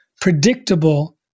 predictable